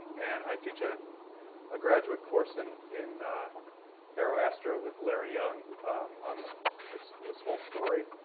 and i teach a graduate course in in aeroastro with larry young on this this whole story.